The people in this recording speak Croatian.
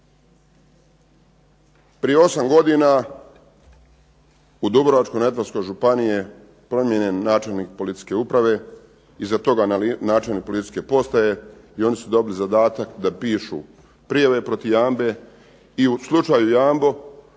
Prije 8 godina u Dubrovačko-neretvanskoj županiji je promijenjen načelnik policijske uprave iza toga načelnih policijske postaje i oni su dobili zadatak da pišu prijave protiv Jambe. I u slučaju Jambo